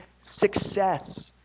success